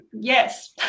Yes